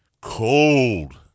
Cold